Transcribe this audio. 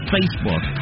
Facebook